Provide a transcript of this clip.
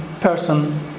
person